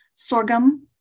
sorghum